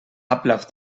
ablauf